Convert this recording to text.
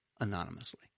anonymously